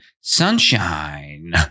sunshine